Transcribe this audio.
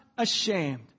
ashamed